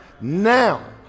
now